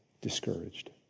discouraged